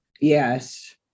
Yes